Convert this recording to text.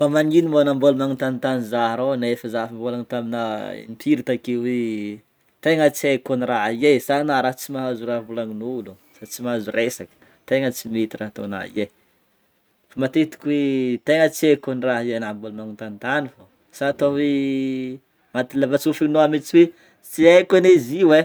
Fa magnino mô anao mbôla magnontanitany zah arô nefa zah efa nivolagna taminah impiry take hoe tegna tsy haiko kony raha igny e ,sa anah raha tsy mahazo raha volagnin'olo sa tsy mahazo resaka tegna tsy mety raha ataonah io e, fa matetiky hoe tegna tsy haiko kony raha io e, anah mbôla magnontanitany fogna, sa atao hoe atin'ny lava-tsofinah mintsy hoe tsy haiko anie izy io e?.